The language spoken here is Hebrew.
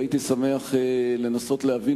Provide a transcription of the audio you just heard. הייתי שמח לנסות להבין